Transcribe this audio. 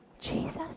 Jesus